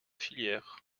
filière